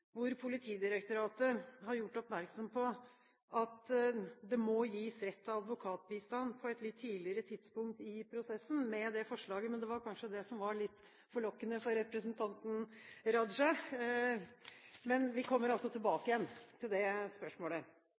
hvor Politidirektoratet har gjort oppmerksom på at det må gis rett til advokatbistand på et litt tidligere tidspunkt i prosessen med det forslaget, men det var kanskje det som var litt forlokkende for representanten Raja. Men vi kommer altså tilbake til det spørsmålet.